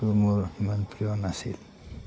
আৰু মোৰ ইমান প্ৰিয় নাছিল